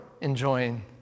enjoying